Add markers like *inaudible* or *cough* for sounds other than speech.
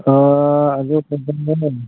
ꯑꯗꯨ *unintelligible*